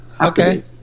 Okay